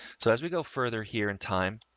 so as we go further here in time,